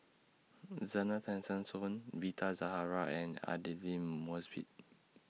Zena Tessensohn Rita Zahara and Aidli Mosbit